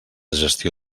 gestió